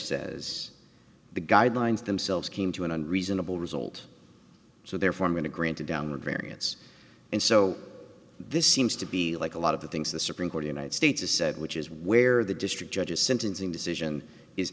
says the guidelines themselves came to a reasonable result so therefore i'm going to grant a downward variance and so this seems to be like a lot of the things the supreme court united states has said which is where the district judges sentencing decision is